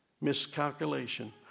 miscalculation